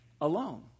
alone